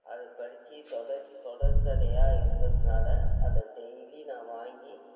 அதை படித்து தொடர் தொடர் கதையாக இருந்ததுனால் அதை டெய்லி நான் வாங்கி